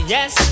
Yes